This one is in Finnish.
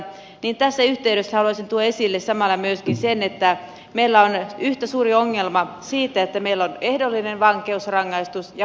tässä yhteydessä haluaisin tuoda esille samalla myöskin sen että meillä on yhtä suuri ongelma siinä että meillä on ehdollinen vankeusrangaistus ja vankeusrangaistus